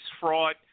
fraud